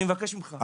אני מבקש ממך,